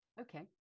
Okay